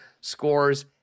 scores